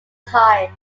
time